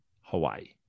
Hawaii